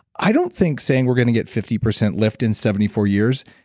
i don't think saying we're going to get fifty percent lift in seventy four years,